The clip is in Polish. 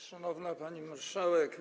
Szanowna Pani Marszałek!